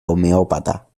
homeópata